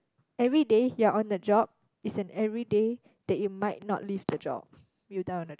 everyday you're on the job is an everyday that you might not leave the job you die on the